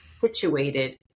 situated